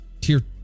tier